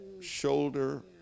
shoulder